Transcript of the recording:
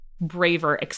braver